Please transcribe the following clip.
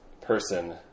person